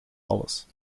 alles